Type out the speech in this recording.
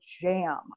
jam